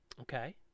Okay